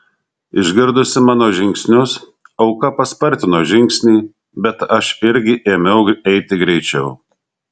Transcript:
išgirdusi mano žingsnius auka paspartino žingsnį bet aš irgi ėmiau eiti greičiau